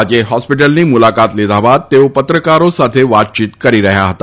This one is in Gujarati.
આજે હોસ્પિટલની મુલાકાત લીધા બાદ તેઓ પત્રકારો સાથે વાતયીત કરી રહ્યા હતા